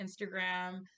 Instagram